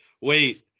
wait